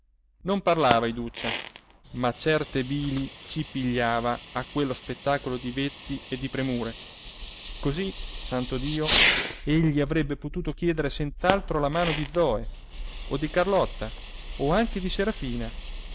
non parlava iduccia ma certe bili ci pigliava a quello spettacolo di vezzi e di premure così santo dio egli avrebbe potuto chiedere senz'altro la mano di zoe o di carlotta o anche di serafina